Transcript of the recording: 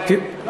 משה כחלון,